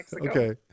Okay